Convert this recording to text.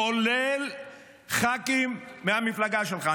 כולל ח"כים מהמפלגה שלך,